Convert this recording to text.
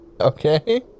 Okay